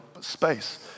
space